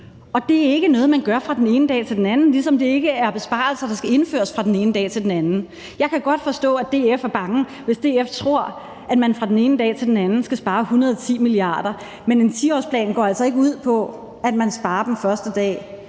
og det er ikke noget, man gør fra den ene dag til den anden, ligesom det ikke er besparelser, der skal indføres fra den ene dag til den anden. Jeg kan godt forstå, at DF er bange, hvis DF tror, at man fra den ene dag til den anden skal spare 110 mia. kr., men en 10-årsplan går altså ikke ud på, at man sparer dem første dag.